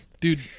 dude